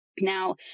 Now